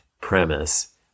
premise